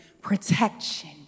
protection